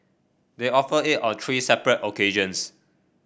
they offered it on three separate occasions